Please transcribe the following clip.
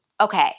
Okay